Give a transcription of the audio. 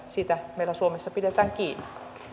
siitä meillä suomessa pidetään kiinni